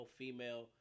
female